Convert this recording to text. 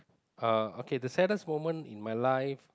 uh okay the saddest moment in my life